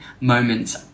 moments